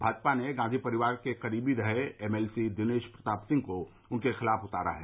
भाजपा ने गांधी परिवार के करीबी रहे एमएलसी दिनेश प्रताप सिंह को उनके खिलाफ उतारा है